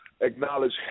acknowledge